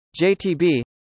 JTB